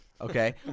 okay